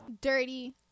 dirty